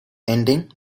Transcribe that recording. ending